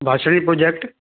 Bhashini project